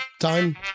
time